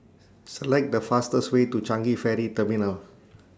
Select The fastest Way to Changi Ferry Terminal